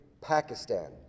Pakistan